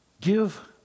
give